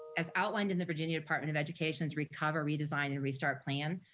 as outlined in the virginia department of education, recover, redesign and restart plan,